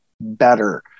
better